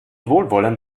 wohlwollend